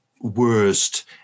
worst